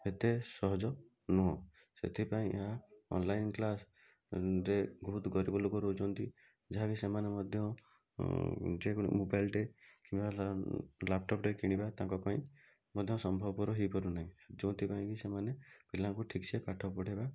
ଏତେ ସହଜ ନୁହଁ ସେଥିପାଇଁ ଏହା ଅନଲାଇନ କ୍ଲାସ ରେ ବହୁତ ଗରିବ ଲୋକ ରହୁଛନ୍ତି ଯାହାବି ସେମାନେ ମଧ୍ୟ ଯେ କୌଣସି ମୋବାଇଲଟେ କିମ୍ବା ଲାପଟପଟେ କିଣିବା ତାଙ୍କ ପାଇଁ ମଧ୍ୟ ସମ୍ଭବପର ହେଇପାରୁନାଇଁ ଯେଉଁଥି ପାଇଁ କି ସେମାନେ ପିଲାଙ୍କୁ ଠିକ ସେ ପାଠ ପଢ଼ାଇବା